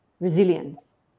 resilience